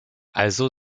also